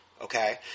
okay